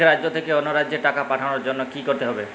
এক রাজ্য থেকে অন্য রাজ্যে টাকা পাঠানোর জন্য কী করতে হবে?